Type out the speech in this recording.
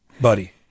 buddy